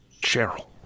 Cheryl